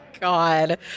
God